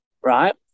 right